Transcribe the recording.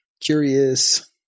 curious